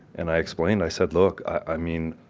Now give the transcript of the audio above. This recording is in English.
and i explained, i said, look, i mean,